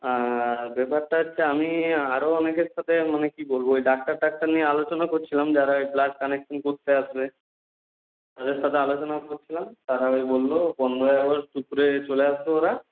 আর ব্যাপারটা হচ্ছে আমি আরও অনেকের সথে মানে কী বলব ওই ডাক্তার টাক্তার নিয়ে আলোচনা করছিলাম যারা ওই ব্লাড কালেকশন করতে আসবে তাদের সাথে আলোচনাও করছিলাম তারা ওই বললো পনেরোই আগস্ট দুপুরে চলে আসবে ওরা